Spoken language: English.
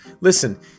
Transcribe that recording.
listen